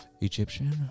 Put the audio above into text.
egyptian